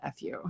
FU